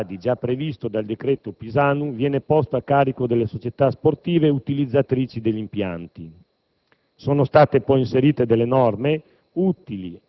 di polizia. L'adeguamento degli stadi, già previsto dal decreto Pisanu, viene posto a carico delle società sportive utilizzatrici degli impianti.